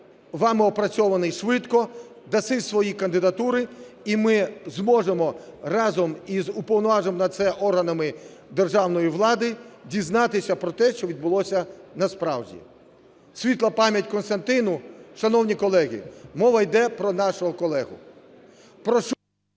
вами опрацьований швидко. Дасте свої кандидатури, і ми зможемо разом із уповноваженими на це органами державної влади дізнатися про те, що відбулося насправді. Світла пам'ять Костянтину. Шановні колеги, мова йде про нашого колегу.